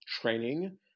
training